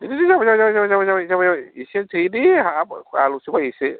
दे दे जाबाय जाबाय जाबाय जाबाय इसे दे दे आलौसोबाय इसे